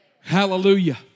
Hallelujah